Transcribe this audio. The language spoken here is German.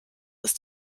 ist